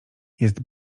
jest